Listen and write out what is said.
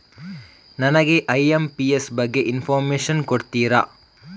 ನನಗೆ ಐ.ಎಂ.ಪಿ.ಎಸ್ ಬಗ್ಗೆ ಇನ್ಫೋರ್ಮೇಷನ್ ಕೊಡುತ್ತೀರಾ?